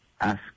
ask